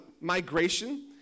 Migration